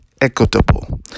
equitable